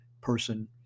person